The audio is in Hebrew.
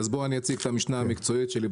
אז אציג את המשנה המקצועית שלי.